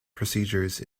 procedures